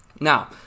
Now